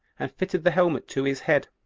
and fitted the helmet to his head,